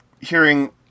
hearing